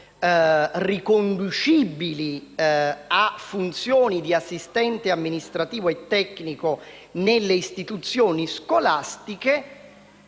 riconducibili a funzioni di assistente amministrativo e tecnico nelle istituzioni scolastiche,